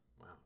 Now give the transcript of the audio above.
Wow